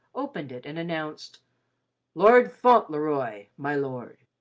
opened it and announced lord fauntleroy, my lord,